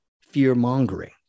fear-mongering